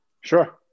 Sure